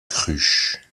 cruche